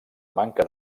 manca